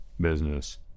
business